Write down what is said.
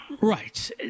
Right